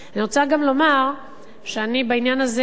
אני רוצה גם לומר שאני בעניין הזה,